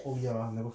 oh ya I never